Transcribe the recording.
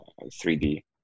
3D